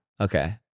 Okay